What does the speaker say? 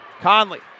Conley